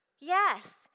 Yes